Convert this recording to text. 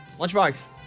Lunchbox